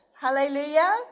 Hallelujah